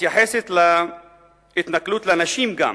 מתייחסת להתנכלות לנשים גם,